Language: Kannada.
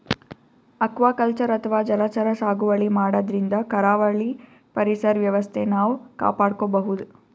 ಅಕ್ವಾಕಲ್ಚರ್ ಅಥವಾ ಜಲಚರ ಸಾಗುವಳಿ ಮಾಡದ್ರಿನ್ದ ಕರಾವಳಿ ಪರಿಸರ್ ವ್ಯವಸ್ಥೆ ನಾವ್ ಕಾಪಾಡ್ಕೊಬಹುದ್